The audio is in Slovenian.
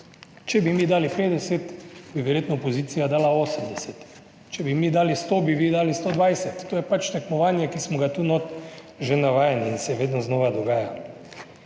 Če bi mi dali 50, bi verjetno opozicija dala 80, če bi mi dali 100, bi vi dali 120, to je pač tekmovanje, ki smo ga tu notri že navajeni in se vedno znova dogaja.